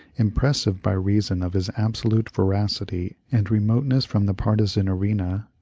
impressive by reason of his absolute veracity and remoteness from the parti zan arena,